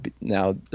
now